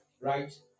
right